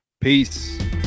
Peace